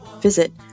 visit